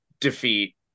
defeat